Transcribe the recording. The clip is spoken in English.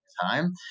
time